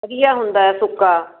ਵਧੀਆ ਹੁੰਦਾ ਸੁੱਕਾ